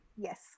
Yes